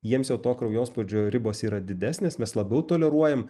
jiems jau to kraujospūdžio ribos yra didesnės mes labiau toleruojam